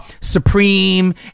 Supreme